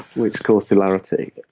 which caused hilarity.